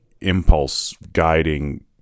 impulse-guiding